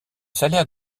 salaires